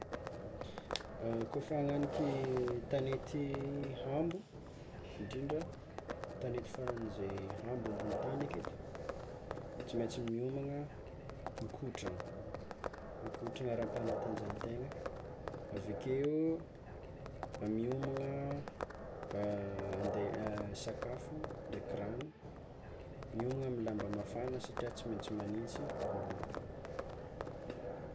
Kôfa hananiky tanety hambo ndrindra tanety faran'izay hambo ambonin'ny tany aketo, tsy maintsy miomana mikotrana, mikotrana ara-panatanjahantegna avekeo miomagna ande sakafo ndraiky ragno, miomagna amy lamba mafagna satria tsy maintsy magnintsy ambony akagny.